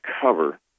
cover